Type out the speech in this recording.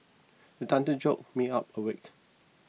the thunder jolt me of awake